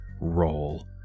roll